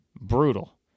brutal